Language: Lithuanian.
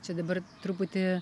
čia dabar truputį